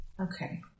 Okay